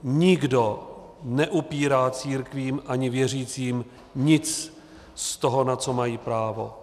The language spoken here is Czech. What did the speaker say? Nikdo neupírá církvím ani věřícím nic z toho, na co mají právo.